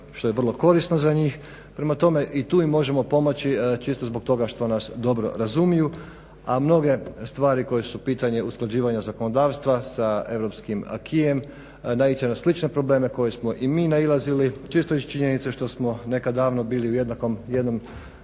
što je vrlo korisno za njih. Prema tome i tu im možemo pomoći čisto zbog toga što nas dobro razumiju a mnoge stvari koji su pitanje usklađivanja zakonodavstva sa Europskim acquis-em naići će na slične probleme na koje smo i mi nailazili često iz činjenice što smo nekad davno bili u jednom